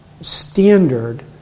standard